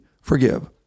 forgive